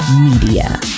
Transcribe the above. Media